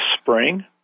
spring